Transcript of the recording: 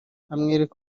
amwereka